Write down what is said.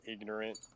ignorant